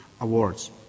Awards